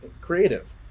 creative